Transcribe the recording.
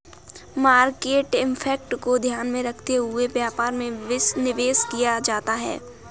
market impact को ध्यान में रखते हुए व्यापार में निवेश किया जाता है